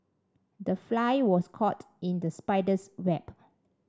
the fly was caught in the spider's web